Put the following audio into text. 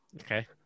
Okay